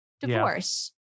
divorce